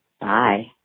Bye